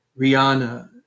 Rihanna